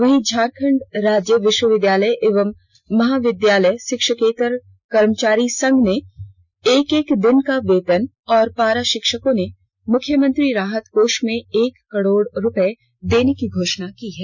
वहीं झारखंड राज्य विष्वविद्यालय एवं महाविद्यालय षिक्षकेतर कर्मचारी संघ ने एक एक दिन का वेतन देने और पारा षिक्षकों ने मुख्यमंत्री राहत कोष में एक करोड़ देने की घोषणा की है